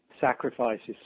sacrifices